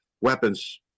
weapons